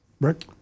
Rick